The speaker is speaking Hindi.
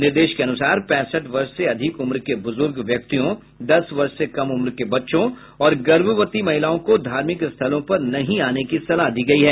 निर्देश के अनुसार पैंसठ वर्ष से अधिक उम्र के बुजुर्ग व्यक्तियों दस वर्ष से कम उम्र के बच्चों और गर्भवती महिलाओं को धार्मिक स्थलों पर नहीं आने की सलाह दी गयी है